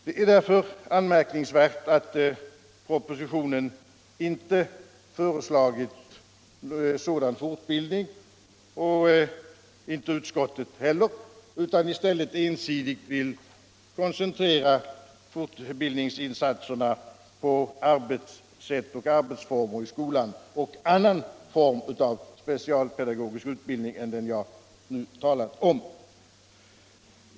Det är därför anmärkningsvärt att man varken i propositionen eller i utskottsbetänkandet föreslagit sådan fortbildning utan i stället ensidigt vill koncentrera fortbildningsinsatserna på arbetssätt och arbetsformer i skolan och på annan form av specialpedagogisk utbildning än den jag nu talar om.